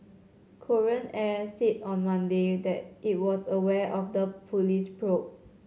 Korean Air said on Monday that it was aware of the police probe